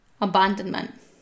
abandonment